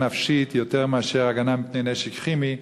נפשית יותר מאשר להגנה מפני נשק כימי,